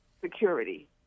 security